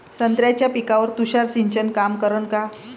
संत्र्याच्या पिकावर तुषार सिंचन काम करन का?